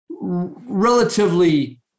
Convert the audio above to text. relatively